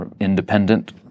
independent